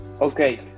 Okay